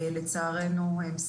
לצערנו,